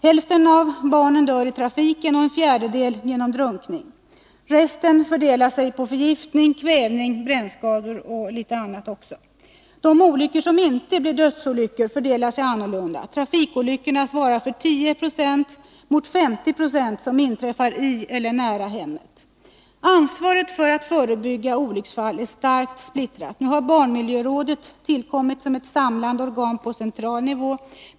Hälften av barnen dör i trafiken och en fjärdedel genom drunkning. Resten av dödsolyckorna fördelar sig på förgiftning, kvävning, brännskador m.m. De olycksfall som inte blir dödsolyckor fördelar sig annorlunda. Trafikolyckorna svarar för 10 96 mot 50 76 som inträffar i eller nära hemmet. Ansvaret för att förebygga olycksfall är starkt splittrat. Nu har barnmiljörådet tillkommit som ett samlande organ på central nivå.